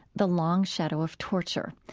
the long shadow of torture.